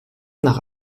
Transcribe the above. nach